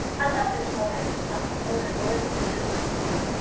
i love this warm end of summer more than words can tell, he said.